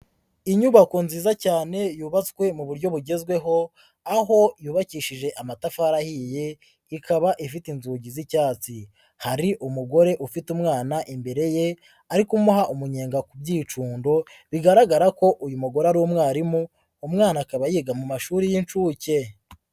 Inyubako nziza cyane yubatswe mu buryo bugezweho aho yubakishije amatafari ahiye ikaba ifite inzugi z'icyatsi, hari umugore ufite umwana imbere ye ari kumuha umunyenga ku byicundo, bigaragara ko uyu mugore ari umwarimu umwana akaba yiga mu mashuri y'inshuke.